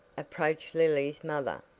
approached lily's mother.